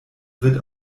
wird